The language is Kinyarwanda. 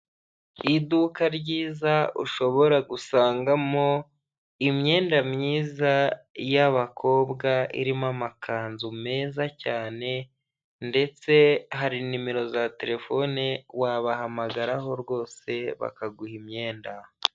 Iduka ryiza ushobora gusangamo imyenda myiza y'abakobwa, irimo amakanzu meza cyane ndetse hari nimero za terefone, wabahamagaraho rwose bakaguha imyenda.